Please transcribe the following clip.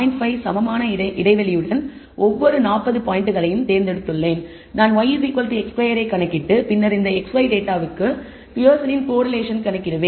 5 சமமான இடைவெளி உடன் ஒவ்வொரு 40 பாயிண்டுகளையும் தேர்ந்தெடுத்துள்ளேன் நான் yx2 ஐ கணக்கிட்டு பின்னர் இந்த xy டேட்டாவுக்கு பியர்சனின் கோரிலேஷன் கணக்கிடுவேன்